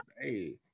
hey